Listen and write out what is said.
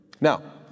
Now